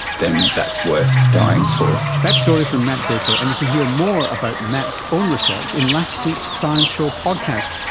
then that's worth dying for. that story from matt baker, and you can hear more about matt's own research in last week's science show podcast,